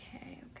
okay